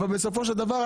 אבל בסופו של דבר,